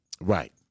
Right